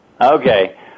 Okay